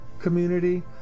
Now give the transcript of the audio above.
community